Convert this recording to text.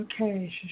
Okay